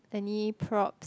any probs